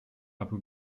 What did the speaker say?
abu